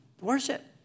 Worship